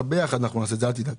ביחד נעשה את זה, אל תדאג.